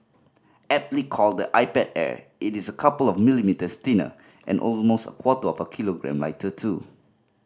aptly called the iPad Air it is a couple of millimetres thinner and almost a quarter of a kilogram lighter too